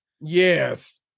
Yes